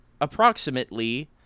approximately